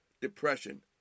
depression